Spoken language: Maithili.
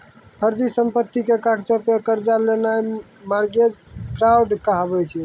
फर्जी संपत्ति के कागजो पे कर्जा लेनाय मार्गेज फ्राड कहाबै छै